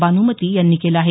बान्मती यांनी केलं आहे